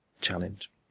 challenge